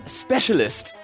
specialist